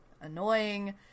annoying